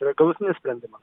tai yra galutinis sprendima